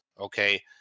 okay